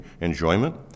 enjoyment